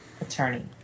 attorney